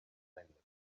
language